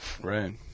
Right